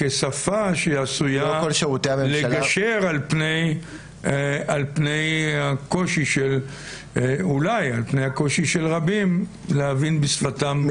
כשפה שעשויה לגשר אולי על פני הקושי של רבים להבין בשפתם